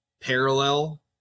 parallel